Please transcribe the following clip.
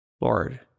lord